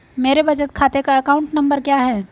मेरे बचत खाते का अकाउंट नंबर क्या है?